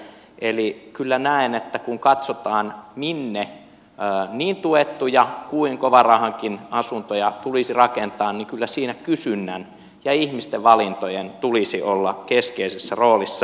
eli kyllä näen että kun katsotaan minne niin tuettuja kuin kovanrahankin asuntoja tulisi rakentaa niin siinä kysynnän ja ihmisten valintojen tulisi olla keskeisessä roolissa